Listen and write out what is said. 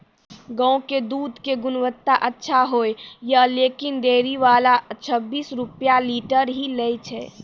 गांव के दूध के गुणवत्ता अच्छा होय या लेकिन डेयरी वाला छब्बीस रुपिया लीटर ही लेय छै?